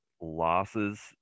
losses